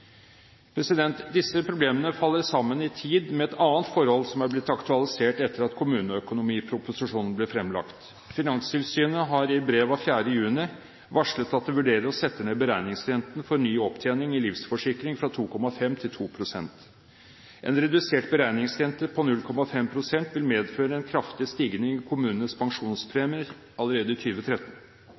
Disse problemene faller sammen i tid med et annet forhold som er blitt aktualisert etter at kommuneproposisjonen ble fremlagt. Finanstilsynet har i brev 4. juni varslet at de vurderer å sette ned beregningsrenten for ny opptjening i livsforsikring fra 2,5 pst. til 2 pst. En redusert beregningsrente på 0,5 pst. vil medføre en kraftig stigning i kommunenes pensjonspremier allerede